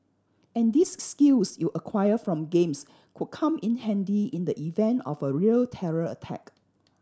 and these skills you acquired from games could come in handy in the event of a real terror attack